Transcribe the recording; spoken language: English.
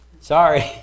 sorry